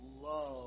love